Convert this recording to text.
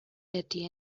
әти